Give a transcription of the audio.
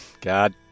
God